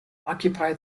occupy